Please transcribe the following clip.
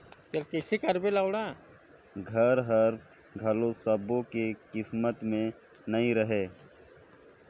घर हर घलो सब्बो के किस्मत में नइ रहें